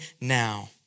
now